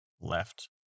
left